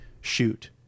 shoot